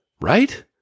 right